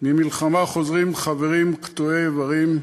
ממלחמה חוזרים עם חברים קטועי איברים,